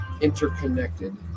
Interconnected